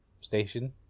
station